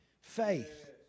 faith